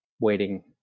waiting